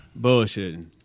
Bullshitting